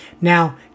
Now